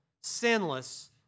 sinless